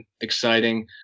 exciting